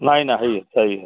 नही नहीं सही है